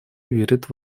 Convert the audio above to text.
верит